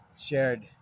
shared